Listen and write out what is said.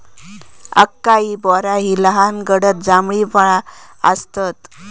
acai berry ही लहान गडद जांभळी फळा आसतत